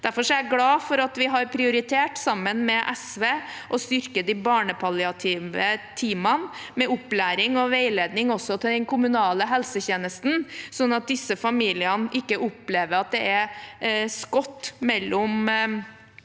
Derfor er jeg glad for at vi sammen med SV har prioritert å styrke de barnepalliative teamene med opplæring og veiledning også i den kommunale helsetjenesten, sånn at disse familiene ikke opplever at det er skott mellom